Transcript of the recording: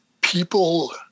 people